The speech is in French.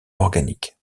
organiques